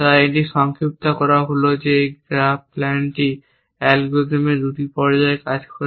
তাই এটি সংক্ষিপ্ত করা হল একটি গ্রাফ প্ল্যান অ্যালগরিদম 2টি পর্যায়ে কাজ করে